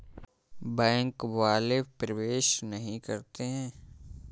Bank वाले प्रवेश नहीं करते हैं?